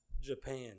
Japan